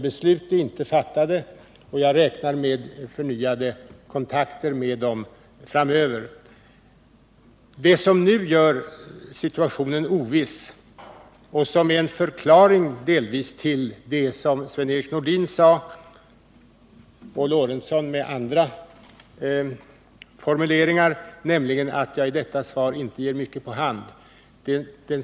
Beslut är inte fattat, och jag räknar med förnyade kontakter med företagsledningen framöver. Vad som nu gör situationen oviss och som delvis är en förklaring till det som Sven-Erik Nordin, Gustav Lorentzon m.fl. sade är att jag i mitt svar inte kunnat ge mycket på hand.